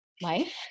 life